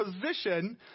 position